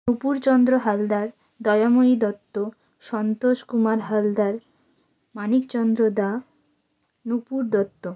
Nupurchandra Haldar Dayamoyee Dutta Santosh Kumar Haldar Manikchandra Dan Nupur Dutta